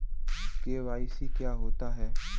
KYC क्या होता है?